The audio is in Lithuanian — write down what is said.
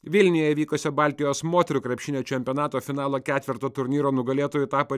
vilniuje vykusio baltijos moterų krepšinio čempionato finalo ketverto turnyro nugalėtoju tapo